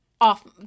off